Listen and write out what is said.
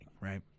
right